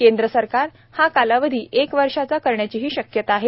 केंद्र सरकार हा कालावधी एक वर्षाचा करण्याचीही शक्यता आहे